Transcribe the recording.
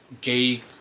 gay